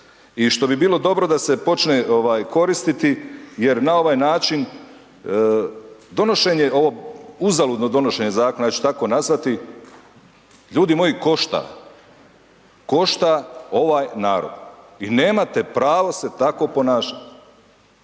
i što bi bilo dobro da se počne ovaj koristiti jer na ovaj način donošenje, ovo uzaludno donošenje zakona ja ću tako nazvati, ljudi moji košta, košta ovaj narod. Vi nemate pravo se tako ponašati.